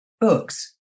Books